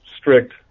strict